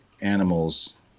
animals